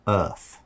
earth